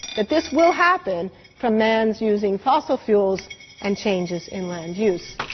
that this will happen from man's using fossil fuels and changes in land use.